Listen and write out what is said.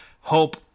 hope